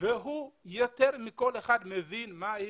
והוא יותר מכל אחד מבין מהי